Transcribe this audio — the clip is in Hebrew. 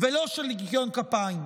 ולא של ניקיון כפיים.